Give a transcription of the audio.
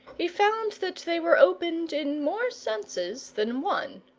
he found that they were opened in more senses than one.